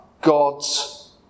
God's